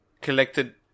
collected